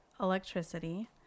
electricity